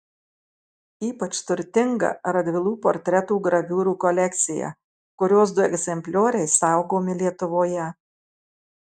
ypač turtinga radvilų portretų graviūrų kolekcija kurios du egzemplioriai saugomi lietuvoje